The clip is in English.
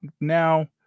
now